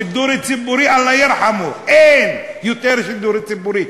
שידור ציבורי, אללה ירחמו, אין יותר שידור ציבורי.